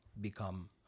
become